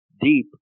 Deep